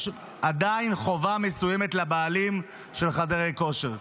יש עדיין חובה מסוימת לבעלים של חדרי הכושר.